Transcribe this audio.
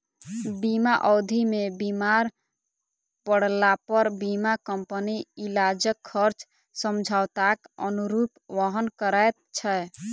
बीमा अवधि मे बीमार पड़लापर बीमा कम्पनी इलाजक खर्च समझौताक अनुरूप वहन करैत छै